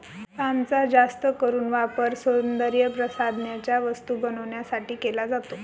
पामचा जास्त करून वापर सौंदर्यप्रसाधनांच्या वस्तू बनवण्यासाठी केला जातो